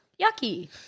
yucky